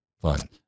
fun